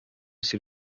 s’il